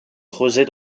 creusées